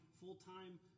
full-time